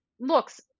Looks